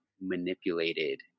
manipulated